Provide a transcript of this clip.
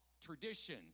tradition